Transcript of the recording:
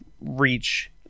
reach